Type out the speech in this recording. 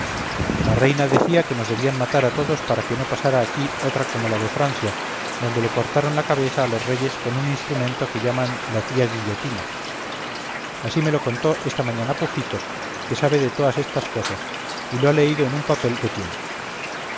la reina decía que nos debían matar a todos para que no pasara aquí otra como la de francia donde le cortaron la cabeza a los reyes con un instrumento que llaman la tía guillotina así me lo contó esta mañana pujitos que sabe de toas estas cosas y lo ha leído en unpapel que tiene